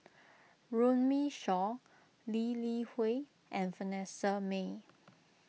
Runme Shaw Lee Li Hui and Vanessa Mae